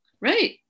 Right